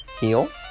Heal